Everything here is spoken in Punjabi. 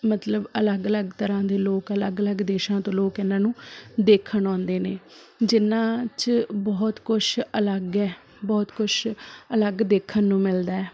ਮਤਲਬ ਅਲੱਗ ਅਲੱਗ ਤਰ੍ਹਾਂ ਦੇ ਲੋਕ ਅਲੱਗ ਅਲੱਗ ਦੇਸ਼ਾਂ ਤੋਂ ਲੋਕ ਇਹਨਾਂ ਨੂੰ ਦੇਖਣ ਆਉਂਦੇ ਨੇ ਜਿਨ੍ਹਾਂ 'ਚ ਬਹੁਤ ਕੁਛ ਅਲੱਗ ਹੈ ਬਹੁਤ ਕੁਛ ਅਲੱਗ ਦੇਖਣ ਨੂੰ ਮਿਲਦਾ